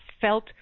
felt